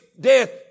death